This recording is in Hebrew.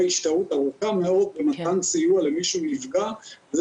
השתהות ארוכה מאוד במתן סיוע למי שצריך.